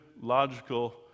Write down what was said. logical